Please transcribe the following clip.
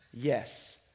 Yes